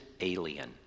alien